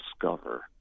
discover